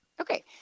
Okay